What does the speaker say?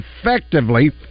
effectively